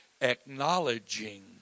acknowledging